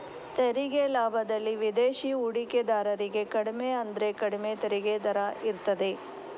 ತೆರಿಗೆ ಲಾಭದಲ್ಲಿ ವಿದೇಶಿ ಹೂಡಿಕೆದಾರರಿಗೆ ಕಡಿಮೆ ಅಂದ್ರೆ ಕಡಿಮೆ ತೆರಿಗೆ ದರ ಇರ್ತದೆ